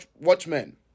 watchmen